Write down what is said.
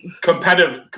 competitive